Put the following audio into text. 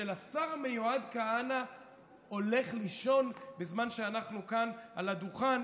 של השר המיועד כהנא הולך לישון בזמן שאנחנו כאן על הדוכן